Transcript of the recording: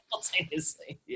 simultaneously